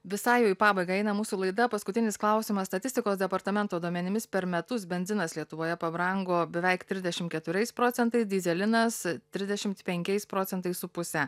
visai jau į pabaigą eina mūsų laida paskutinis klausimas statistikos departamento duomenimis per metus benzinas lietuvoje pabrango beveik trisdešim keturiais procentais dyzelinas trisdešimt penkiais procentais su puse